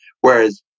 Whereas